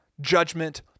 Judgment